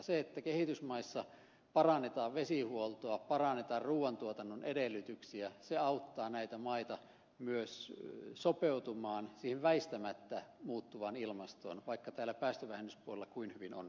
se että kehitysmaissa parannetaan vesihuoltoa parannetaan ruuantuotannon edellytyksiä auttaa näitä maita myös sopeutumaan siihen väistämättä muuttuvaan ilmastoon vaikka täällä päästövähennyspuolella kuinka hyvin onnistuttaisiin